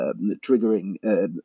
triggering